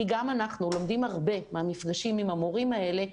כי גם אנחנו לומדים הרבה מהמפגשים עם המורים האלה.